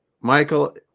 Michael